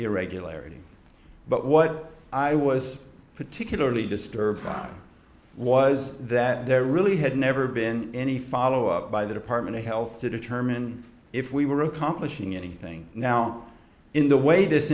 irregularity but what i was particularly disturbed about was that there really had never been any follow up by the department of health to determine if we were accomplishing anything now in the way this